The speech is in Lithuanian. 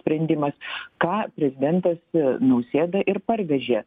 sprendimas ką prezidentas nausėda ir parvežė